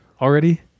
already